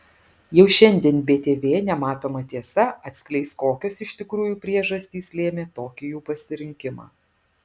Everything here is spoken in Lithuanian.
jau šiandien btv nematoma tiesa atskleis kokios iš tikrųjų priežastys lėmė tokį jų pasirinkimą